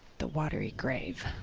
the watery grave.